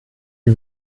die